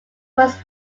was